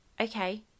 okay